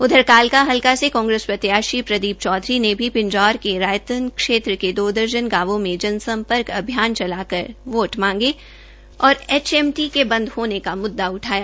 उधर कालका हलका से कांग्रेस प्रत्याशी प्रदीप चौधरी ने भी पिंजौर के रायतन क्षेत्र के दो दर्जन गांवों में जनसंपर्क अभियान चला कर वोट मांगे और एचएमटी के बंद होने का मुददा उठाया